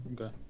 Okay